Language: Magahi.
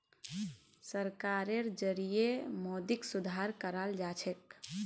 सरकारेर जरिएं मौद्रिक सुधार कराल जाछेक